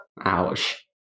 ouch